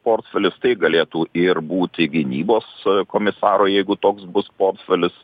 portfelis tai galėtų ir būti gynybos komisaro jeigu toks bus portfelis